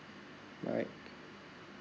alright